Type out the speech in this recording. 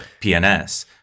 pns